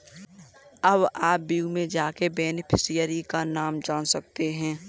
अब आप व्यू में जाके बेनिफिशियरी का नाम जान सकते है